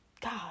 God